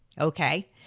Okay